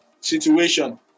situation